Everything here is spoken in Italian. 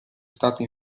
stato